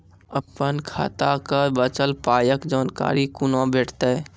अपन खाताक बचल पायक जानकारी कूना भेटतै?